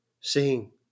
seeing